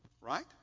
Right